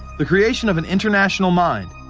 the creation of an international mind.